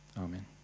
Amen